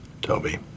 Toby